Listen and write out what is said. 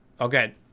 Okay